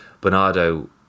Bernardo